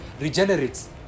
regenerates